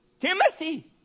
Timothy